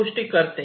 गोष्टी करते